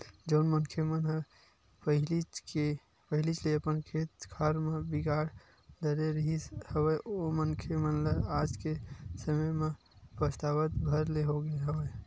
जउन मनखे मन ह पहिलीच ले अपन खेत खार ल बिगाड़ डरे रिहिस हवय ओ मनखे मन ल आज के समे म पछतावत भर ले होगे हवय